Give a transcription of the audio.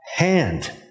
Hand